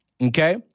Okay